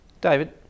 David